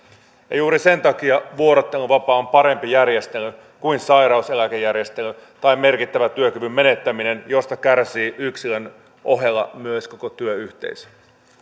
juuri sen takia vuorotteluvapaa on parempi kuin sairauseläkejärjestelmä tai merkittävä työkyvyn menettäminen josta kärsii yksilön ohella myös koko työyhteisö